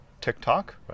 TikTok